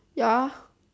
ya